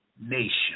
nation